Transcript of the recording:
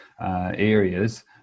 areas